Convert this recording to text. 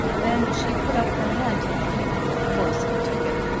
then she put up her hand to him, and of course he took it.